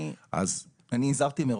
אני הזהרתי מראש.